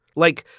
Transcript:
like,